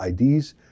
IDs